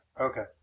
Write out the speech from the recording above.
Okay